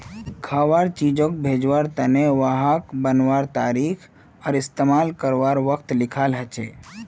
खवार चीजोग भेज्वार तने वहात बनवार तारीख आर इस्तेमाल कारवार वक़्त लिखाल होचे